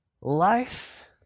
Life